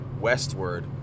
westward